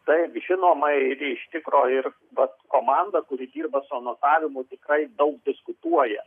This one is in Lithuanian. taip žinoma ir iš tikro ir vat komanda kuri dirba su anotavimu tikrai daug diskutuoja